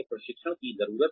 प्रशिक्षण की जरूरत है